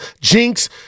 jinx